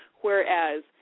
Whereas